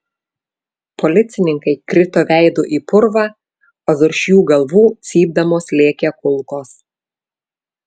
policininkai krito veidu į purvą o virš jų galvų cypdamos lėkė kulkos